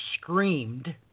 screamed